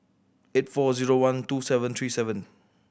eight four zero one two seven three seven